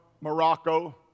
Morocco